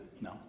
No